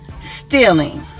stealing